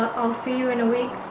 i'll see you in a week